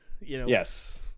Yes